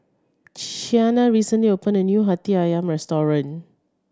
Qiana recently opened a new Hati Ayam restaurant